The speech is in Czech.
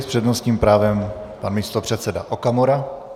S přednostním právem pan místopředseda Okamura.